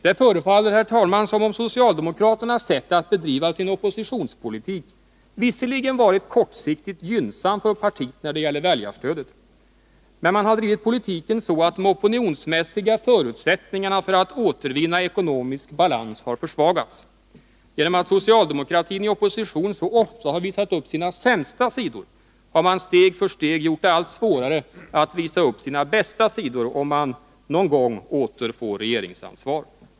Det förefaller, herr talman, som om socialdemokraternas sätt att bedriva sin oppositionspolitik visserligen varit kortsiktigt gynnsamt för partiet när det gäller väljarstödet, men man har drivit politiken så att de opinionsmässiga förutsättningarna för att återvinna ekonomisk balans har försvagats. Genom att socialdemokratin i opposition så ofta har visat upp sina sämsta sidor, har man steg för steg gjort det allt svårare att visa upp sina bästa sidor om man någon gång åter får regeringsansvar.